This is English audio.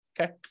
Okay